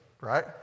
right